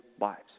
lives